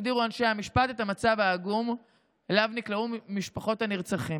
הגדירו אנשי המשפט את המצב העגום שאליו נקלעו משפחות הנרצחים.